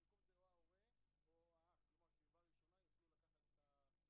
אנחנו היום דנים בהצעת חוק